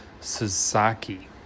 Sasaki